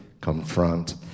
confront